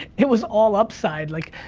it was all upside. like,